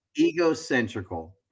egocentrical